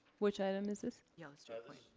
which item is this? yeah so